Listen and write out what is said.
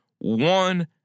One